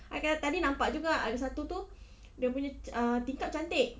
I kan tadi nampak juga ada satu itu dia punya uh tingkap cantik